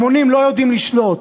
המונים לא יודעים לשלוט.